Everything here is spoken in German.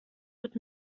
wird